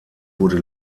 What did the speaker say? wurde